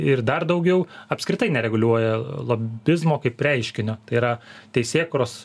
ir dar daugiau apskritai nereguliuoja lobizmo kaip reiškinio tai yra teisėkūros